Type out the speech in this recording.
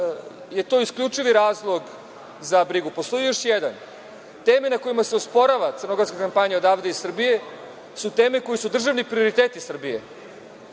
je to isključivi razlog za brigu, postoji još jedan. Tema na kojima se osporava crnogorska kampanja odavde, iz Srbije, su teme koje su državni prioriteti Srbije.